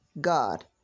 God